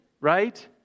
right